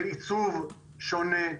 של עיצוב שונה.